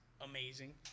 amazing